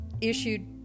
issued